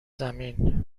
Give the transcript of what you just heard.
زمین